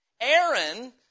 Aaron